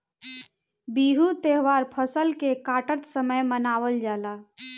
बिहू त्यौहार फसल के काटत समय मनावल जाला